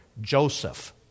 Joseph